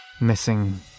missing